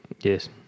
Yes